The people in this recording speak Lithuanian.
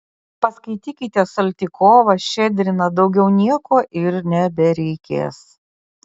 paskaitykite saltykovą ščedriną daugiau nieko ir nebereikės